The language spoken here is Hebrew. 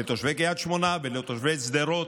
לתושבי קריית שמונה ולתושבי שדרות: